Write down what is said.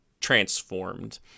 transformed